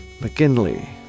McKinley